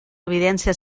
evidència